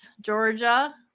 Georgia